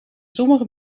sommige